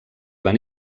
van